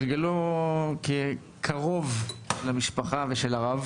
כקרוב למשפחה של הרב